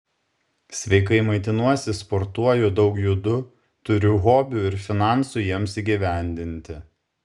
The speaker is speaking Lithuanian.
sveikai maitinuosi sportuoju daug judu turiu hobių ir finansų jiems įgyvendinti